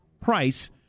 price